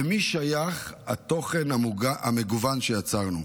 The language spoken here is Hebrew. למי שייך התוכן המגוון שיצרנו?